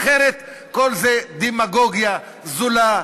אחרת כל זה דמגוגיה זולה,